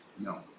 No